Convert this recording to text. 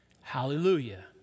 Hallelujah